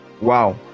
Wow